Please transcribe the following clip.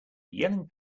yelling